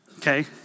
Okay